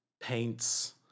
paints